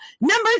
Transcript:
Number